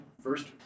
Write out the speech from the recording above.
first